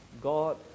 God